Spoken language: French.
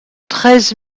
treize